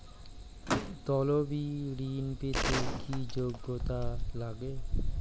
তলবি ঋন পেতে কি যোগ্যতা লাগে?